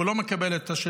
והוא לא מקבל את השירות,